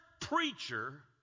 preacher